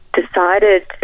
decided